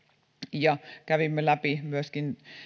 ja kävimme läpi myöskin